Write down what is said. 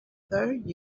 third